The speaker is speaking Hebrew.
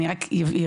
אני רק אבהיר,